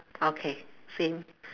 okay same